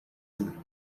him